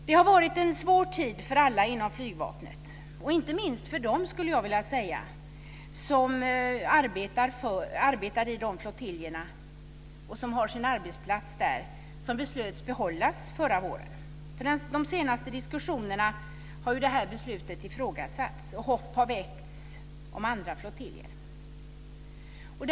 Det har varit en svår tid för alla inom flygvapnet, inte minst för dem som arbetar på de flottiljer som beslutades behållas förra våren. I de senaste diskussionerna har det beslutet ifrågasatts. Hopp har väckts om andra flottiljer.